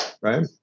Right